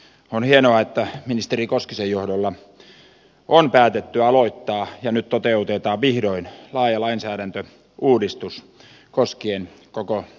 on hienoa että ministeri koskisen johdolla on päätetty aloittaa ja nyt toteutetaan vihdoin laaja lainsäädäntöuudistus koskien koko metsätaloutta